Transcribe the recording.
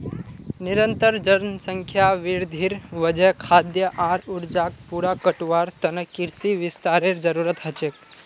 निरंतर जनसंख्या वृद्धिर वजह खाद्य आर ऊर्जाक पूरा करवार त न कृषि विस्तारेर जरूरत ह छेक